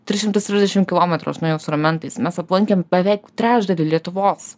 tris šimtus trisdešimt kilometrų aš nuėjau su ramentais mes aplankėm beveik trečdalį lietuvos